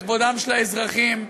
בכבודם של האזרחים.